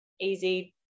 easy